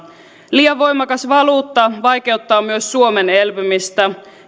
liian voimakas valuutta vaikeuttaa myös suomen elpymistä